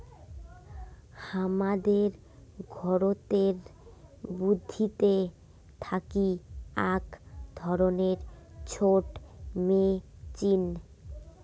হামাদের ঘরতের বুথিতে থাকি আক ধরণের ছোট মেচিন